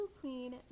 queen